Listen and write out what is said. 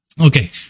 Okay